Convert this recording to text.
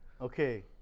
Okay